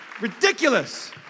Ridiculous